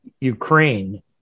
Ukraine